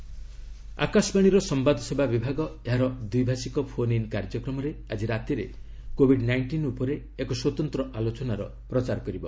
ମଷ୍ଟ୍ announcement ଆକାଶବାଣୀର ସମ୍ଭାଦସେବା ବିଭାଗ ଏହାର ଦ୍ଧି ଭାଷିକ ଫୋନ୍ ଇନ୍ କାର୍ଯ୍ୟକ୍ରମରେ ଆଜି ରାତିରେ କୋବିଡ ନାଇଷ୍ଟିନ ଉପରେ ଏକ ସ୍ୱତନ୍ତ୍ର ଆଲୋଚନାର ପ୍ରଚାର କରିବ